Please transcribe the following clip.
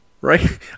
Right